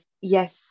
Yes